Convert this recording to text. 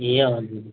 ए हजुर